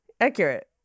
Accurate